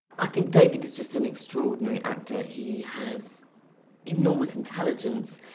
i think david is just an extraordinary actor. he has enormous intelligence,